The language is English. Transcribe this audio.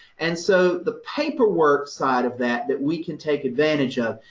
and so, the paperwork side of that, that we can take advantage of,